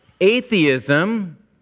Atheism